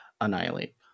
annihilate